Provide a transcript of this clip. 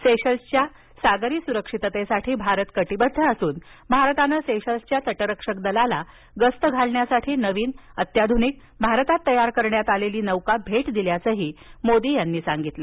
सेशल्सच्या सागरी सुरक्षिततेसाठी भारत कटिबद्ध असून भारतानं सेशल्सच्या तटरक्षक दलाला गस्तीसाठी नवीन अत्याधुनिक भारतात तयार करण्यात आलेली नौका भेट दिल्याचंही मोदी यांनी सांगितलं